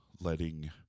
letting